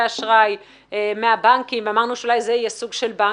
האשראי מהבנקים ואמרנו שאולי זה יהיה סוג של בנק,